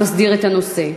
המסדיר את הנושא.